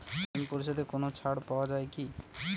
ঋণ পরিশধে কোনো ছাড় পাওয়া যায় কি?